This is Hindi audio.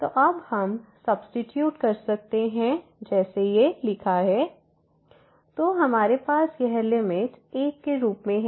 तो अब हम सब्सीट्यूट कर सकते हैं fyx0 fy00x Δx 0Δx 1 तो हमारे पास यह लिमिट 1 के रूप में है